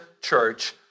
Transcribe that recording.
church